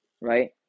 right